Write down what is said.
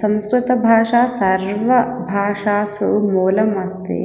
संस्कृतभाषा सर्वभाषासु मूलम् अस्ति